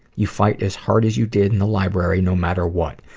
you fight as hard as you did in the library, no matter what.